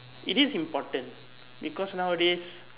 it is important because nowadays